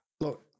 look